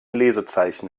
lesezeichen